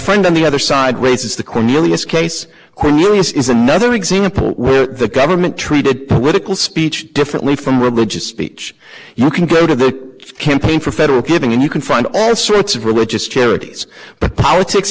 friend on the other side raises the cornelius case is another example the government treated speech differently from religious speech you can go to the campaign for federal giving and you can fund all sorts of religious charities but politics